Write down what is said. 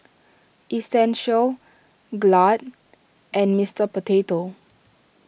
Essential Glad and Mister Potato